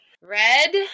Red